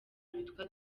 witwa